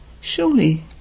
Surely